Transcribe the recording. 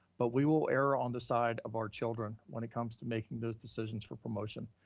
but we will err on the side of our children when it comes to making those decisions for promotion,